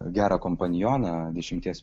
gerą kompanioną dešimties